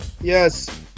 Yes